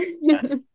yes